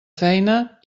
feina